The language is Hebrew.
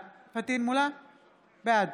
בעד